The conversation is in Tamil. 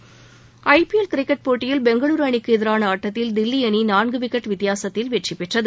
விளையாட்டுச் செய்திகள் ஐ பி எல் கிரிக்கெட் போட்டியில் பெங்களூரு அணிக்கு எதிரான ஆட்டத்தில் தில்லி அணி நான்கு விக்கெட் வித்தியாசத்தில் வெற்றி பெற்றது